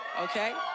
Okay